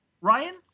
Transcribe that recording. Ryan